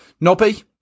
Nobby